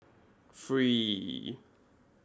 three